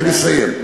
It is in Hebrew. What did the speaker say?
אני מסיים.